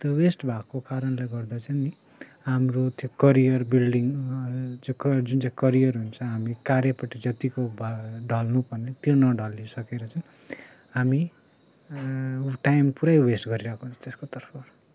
त्यो वेस्ट भएको कारणले गर्दा चाहिँ नि हाम्रो त्यो करियर बिल्डिङ जो क जुन चाहिँ करियर हुन्छ हामी कार्यपट्टि जतिको भ ढल्नु पर्ने त्यो नढलिसकेर चाहिँ हामी टाइम पुरै वेस्ट गरिरहेको हुन्छ त्यसको तर्फबाट